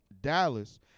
Dallas